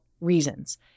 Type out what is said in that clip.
reasons